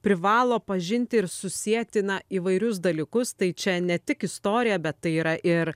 privalo pažinti ir susieti na įvairius dalykus tai čia ne tik istorija bet tai yra ir